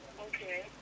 Okay